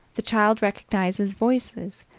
the child recognizes voices,